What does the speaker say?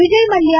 Vijay Mallya